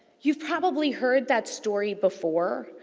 you've probably heard that story before.